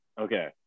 Okay